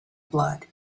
blood